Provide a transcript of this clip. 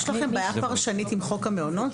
יש לכם בעיה פרשנית עם חוק המעונות?